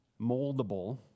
moldable